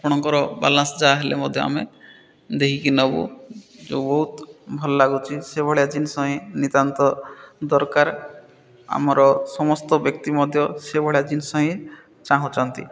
ଆପଣଙ୍କର ବାଲାନ୍ସ ଯାହା ହେଲେ ମଧ୍ୟ ଆମେ ଦେଇକି ନବୁ ଯୋଉ ବହୁତ ଭଲ ଲାଗୁଛି ସେଭଳିଆ ଜିନିଷ ହିଁ ନିତ୍ୟାନ୍ତ ଦରକାର ଆମର ସମସ୍ତ ବ୍ୟକ୍ତି ମଧ୍ୟ ସେଭଳିଆ ଜିନିଷ ହିଁ ଚାହୁଁଛନ୍ତି